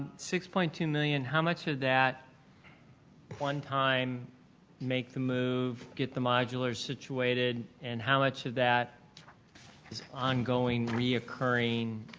six point two million, how much of that one time make the move, get the modular situated, and how much of that is ongoing, reoccurring,